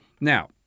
Now